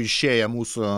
išėję mūsų